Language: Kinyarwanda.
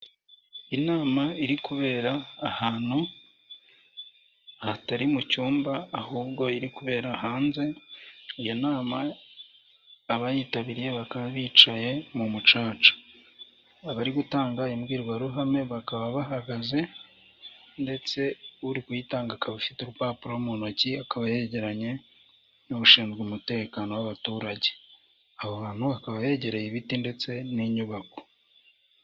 Icyapa kigaragaza ibitaro bya police, kikaba kigizwe n'amabara y'umutuku, umweru n'ubururu, kikaba kigizwe n'ibarangantego bibiri hari icy'u Rwanda n'icya police, ik'icyapa kikaba giteye mu busitani.